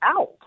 out